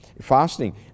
Fasting